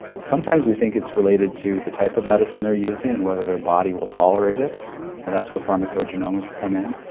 sometimes we think it's related to the type of medicine they're using and whether their body will tolerate it and that's where pharmacogenomics come in.